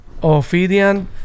Ophidian